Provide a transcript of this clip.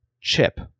chip